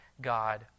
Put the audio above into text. God